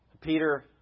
Peter